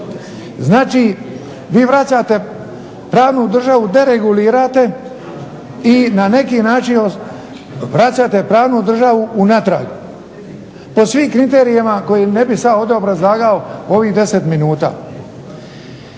Znači, vi vraćate pravnu državu, deregulirate i na neki način vraćate pravnu državu unatrag po svim kriterijima koje ne bih sad ovdje obrazlagao u ovih 10 minuta.